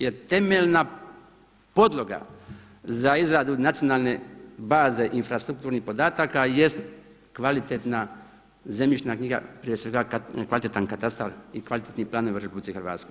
Jer temeljna podloga za izradu nacionalne baze infrastrukturnih podataka jeste kvalitetna zemljišna knjiga, prije svega kvalitetan katastar i kvalitetni planovi u RH.